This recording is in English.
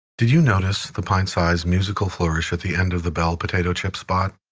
did you notice the pintsized musical flourish at the end of the bell potato chip spot?